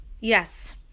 Yes